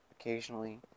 Occasionally